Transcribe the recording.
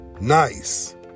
Nice